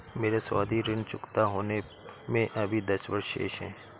मेरे सावधि ऋण चुकता होने में अभी दस वर्ष शेष है